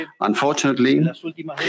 Unfortunately